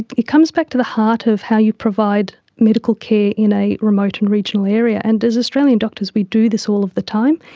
it comes back to the heart of how you provide medical care in a remote and regional area, and as australian doctors we do this all of the time.